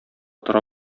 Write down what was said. тора